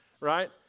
right